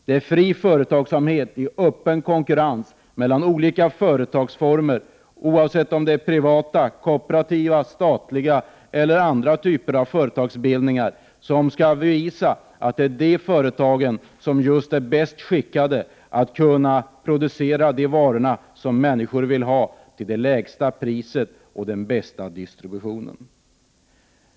Det är fri företagsamhet i öppen konkurrens mellan olika företagsformer, oavsett om det är privata, kooperativa, statliga eller andra typer av företagsbildningar, som skall bevisa att det är de företagen som är bäst skickade att kunna producera de varor som människor vill ha till det lägsta priset och bästa distributionssättet.